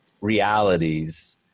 realities